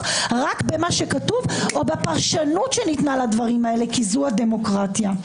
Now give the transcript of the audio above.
רק במה שכתוב או בפרשנות שניתנה לדברים הללו כי זו הדמוקרטיה.